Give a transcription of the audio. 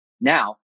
now